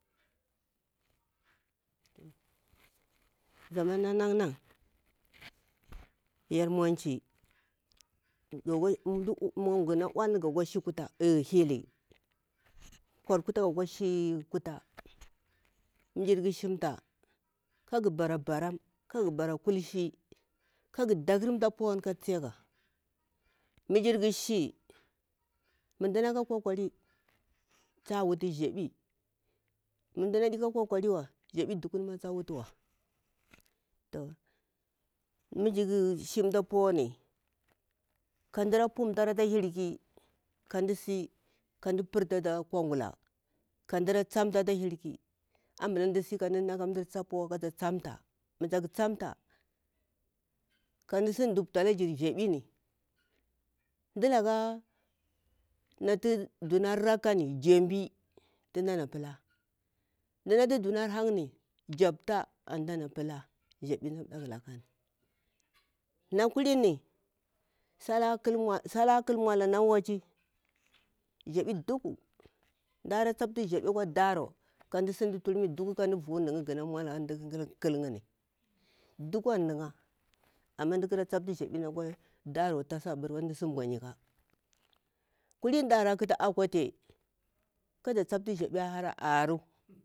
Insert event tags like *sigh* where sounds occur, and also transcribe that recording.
*hesitation* Zaman na naha yar munchi ghana ola ga kwa shi kutu heli ga kwa shi kata ma jirkha shimta kagha bara baram kagha bara kalshi kaga dagurumta puwani ka tsiyaga, ma jirkha shiu mdana ka kokari ta wutu thaɓi mah mdanaka kokariwa thaɓi duku ni taɓa ta wutawa to, mijirkha shimta puwani ka mdara pumta ata hi ki ka mdasi ka mda pumta ata kongula ka mdara tsamta ata hilki ambula ka mda si kamda na mdir tha puwa kata tsamta mu tak tsamta ka mdasi ɗumtalajir thaɓini mdalaka natu duna rankani jambi tu mda ana pula mdanaka dunai japta amtu mdana pula *noise* na kallini sala khal maula na wali mzaɓi duku kara sintu daro tun mda vu mzaɓi dukku tun mzaɓi duku an na'ya. Kulini da matu akwati kada tsabilu mzaɓi a hara aru.